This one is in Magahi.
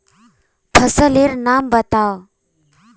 फसल लेर नाम बाताउ?